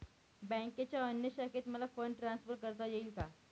बँकेच्या अन्य शाखेत मला फंड ट्रान्सफर करता येईल का?